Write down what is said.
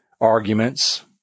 arguments